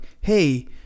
Hey